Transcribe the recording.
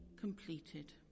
completed